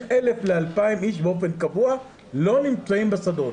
1,000-2,000 איש באופן קבוע לא נמצאים בשדות.